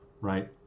right